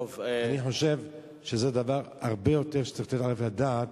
אני חושב שזה דבר שצריך לתת עליו את הדעת